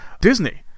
disney